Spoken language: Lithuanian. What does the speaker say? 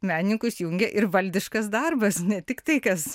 menininkus jungia ir valdiškas darbas ne tiktai kas